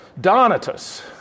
Donatus